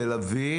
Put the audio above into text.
תל-אביב